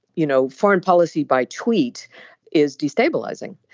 you know foreign policy by tweet is destabilising.